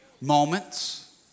Moments